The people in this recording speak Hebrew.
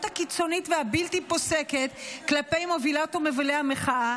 הקיצונית והבלתי-פוסקת כלפי מובילות ומובילי המחאה,